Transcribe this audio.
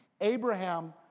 Abraham